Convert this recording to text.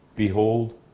Behold